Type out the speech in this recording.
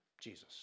Jesus